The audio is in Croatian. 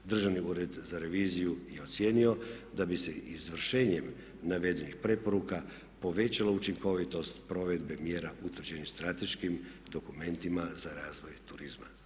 Državni ured za reviziju je ocijenio da bi se izvršenjem navedenih preporuka povećala učinkovitost provedbe mjera utvrđenih strateškim dokumentima za razvoj turizma.